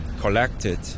collected